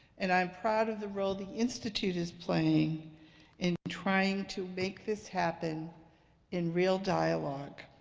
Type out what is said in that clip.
and i'm proud of the role the institute is playing in trying to make this happen in real dialogue.